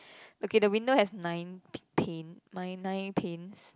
okay the window has nine p~ pane nine nine panes